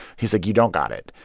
he's like, you don't got it.